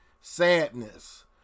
sadness